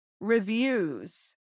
reviews